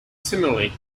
similarly